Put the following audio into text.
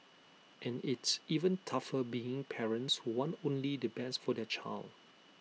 and it's even tougher being parents who want only the best for their child